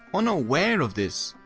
unaware of this,